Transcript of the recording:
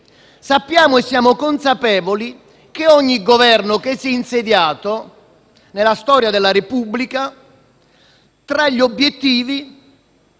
Sappiamo e siamo consapevoli che ogni Governo che si è insediato, nella storia della Repubblica, ha avuto l'obiettivo